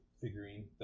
figurine